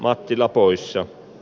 mattila pois se on